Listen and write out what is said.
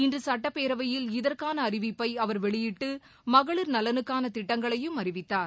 இன்றுசட்டப்பேரவையில் இதற்கானஅறிவிப்பை வெளியிட்டு இன்றுஅவர் மகளிர் நலனுக்கானதிட்டங்களையும் அறிவித்தார்